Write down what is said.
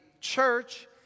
church